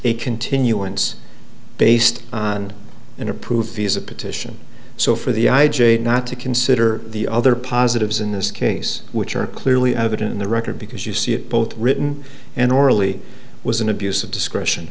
a continuance based on an approved visa petition so for the i j a not to consider the other positives in this case which are clearly evident in the record because you see it both written and orally was an abuse of discretion